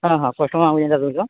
ହଁ ହଁ କଷ୍ଟମର